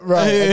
Right